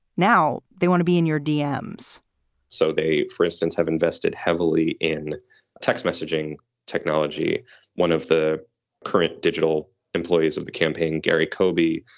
now they want to be in your demme's so they, for instance, have invested heavily in text messaging technology. one of the current digital employees of the campaign, gary kobie,